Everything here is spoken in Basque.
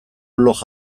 blog